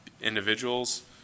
individuals